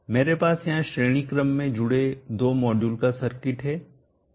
मेरे पास यहाँ श्रेणी क्रम में जुड़े दो मॉड्यूल का सर्किट है